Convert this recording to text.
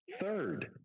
Third